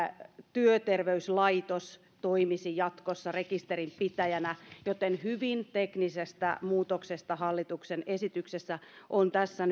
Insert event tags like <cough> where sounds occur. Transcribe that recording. työterveyslaitos toimisi jatkossa rekisterinpitäjänä joten hyvin teknisestä muutoksesta hallituksen esityksessä on tässä <unintelligible>